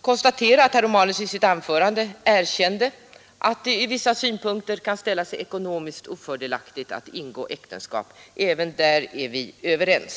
konstaterar också att herr Romanus i sitt anförande erkände att det ur vissa synpunkter kan ställa sig ekonomiskt ofördelaktigt att ingå äktenskap. Även där är vi överens.